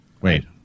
wait